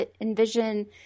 envision